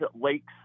Lakes